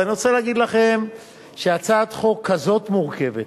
ואני רוצה להגיד לכם שהצעת חוק כזאת מורכבת